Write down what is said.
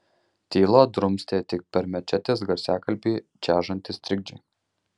tylą drumstė tik per mečetės garsiakalbį čežantys trikdžiai